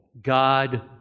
God